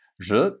Je